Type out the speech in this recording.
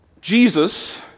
Jesus